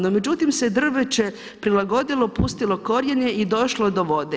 No međutim se drveće prilagodilo, pustilo korijenje i došlo do vode.